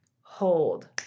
hold